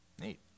Neat